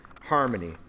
harmony